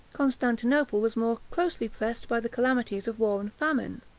constantinople was more closely pressed by the calamities of war and famine.